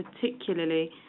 particularly